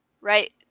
right